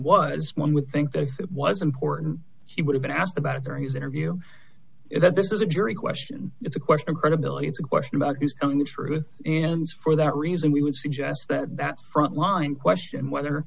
was one would think that it was important he would've been asked about it or his interview is that this is a jury question it's a question of credibility it's a question about who's telling the truth and for that reason we would suggest that that front line question whether